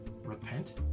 repent